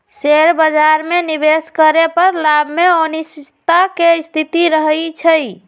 share बाजार में निवेश करे पर लाभ में अनिश्चितता के स्थिति रहइ छइ